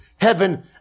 heaven